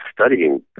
studying